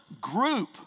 group